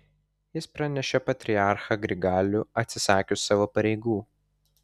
jis pranešė patriarchą grigalių atsisakius savo pareigų